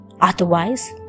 otherwise